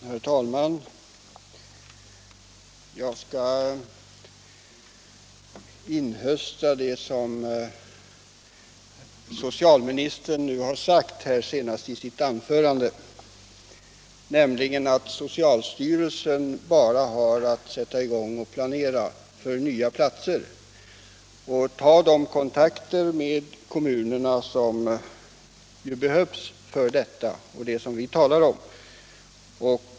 Herr talman! Jag skall inhösta det som socialministern senast sade i sitt anförande, nämligen att socialstyrelsen bara har att sätta i gång och planera för nya platser och ta de kontakter med kommunerna som behövs för det som vi här talar om.